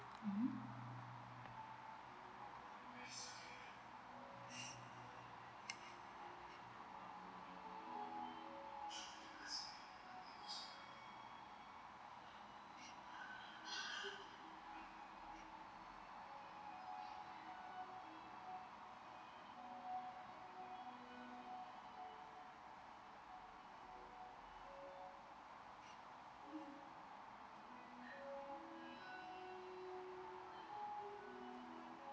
mmhmm